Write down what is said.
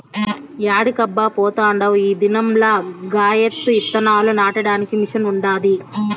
యాడికబ్బా పోతాండావ్ ఈ దినం లగాయత్తు ఇత్తనాలు నాటడానికి మిషన్ ఉండాది